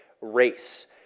race